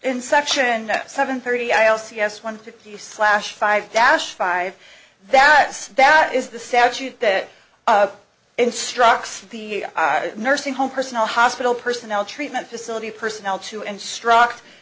in section seven thirty i'll see s one fifty slash five dash five that that is the statute that instructs the nursing home personal hospital personnel treatment facility personnel to instruct